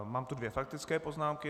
Mám tu dvě faktické poznámky.